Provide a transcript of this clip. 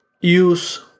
use